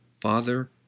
Father